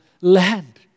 land